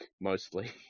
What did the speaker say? mostly